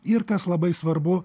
ir kas labai svarbu